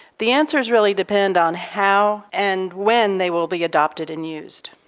the answers really depend on how and when they will be adopted and used.